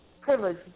privilege